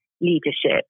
leadership